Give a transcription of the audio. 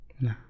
No